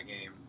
game